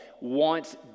wants